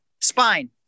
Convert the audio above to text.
Spine